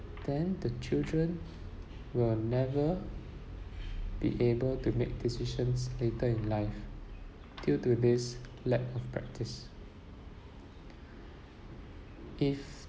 then the children will never be able to make decisions later in life due to this lack of practice if